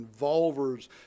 involvers